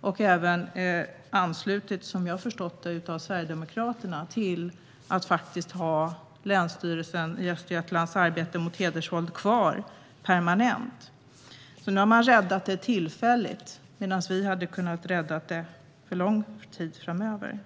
och även anslutit sig, som jag har förstått det av Sverigedemokraterna, till det som innebär att man faktiskt permanent skulle ha kvar länsstyrelsen i Östergötlands arbete mot hedersvåld. Nu har man räddat det tillfälligt, men vi hade kunnat rädda det för en lång tid framöver.